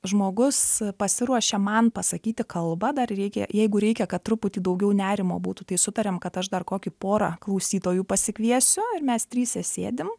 žmogus pasiruošia man pasakyti kalbą dar reikia jeigu reikia kad truputį daugiau nerimo būtų tai sutariam kad aš dar kokį porą klausytojų pasikviesiu ir mes trise sėdim